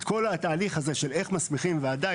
את כל התהליך הזה של איך מסמיכים וועדה,